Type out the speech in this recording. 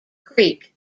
creek